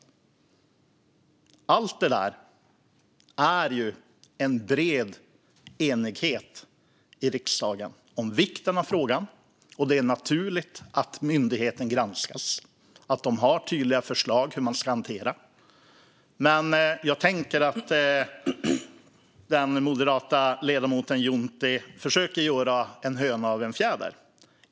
I allt det här finns en bred enighet i riksdagen om vikten av frågan. Det är naturligt att myndigheten granskas. De har tydliga förslag på hur de ska hantera detta. Men jag tänker att den moderata ledamoten Juntti försöker göra en höna av en fjäder.